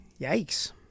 Yikes